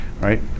right